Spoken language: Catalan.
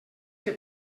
que